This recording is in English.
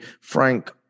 frank